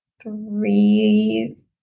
three